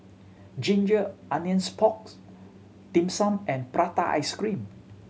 ginger onions porks Dim Sum and prata ice cream